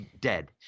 dead